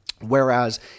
Whereas